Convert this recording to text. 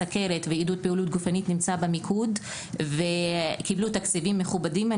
סוכרת ועידוד פעילות גופנית נמצא במיקוד וקיבלו תקציבים מכובדים.